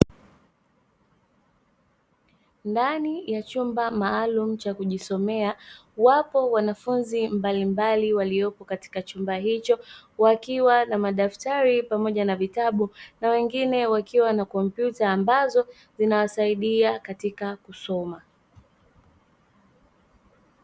Ndani ya chumba maalumu cha kujisomea wapo wanafunzi mbalimbali waliopo katika chumba hicho, wakiwa na madaftari pamoja na vitabu na wengine wakiwa na kompyuta ambazo zinasaidia katika kusoma.